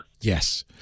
Yes